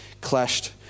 clashed